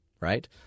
right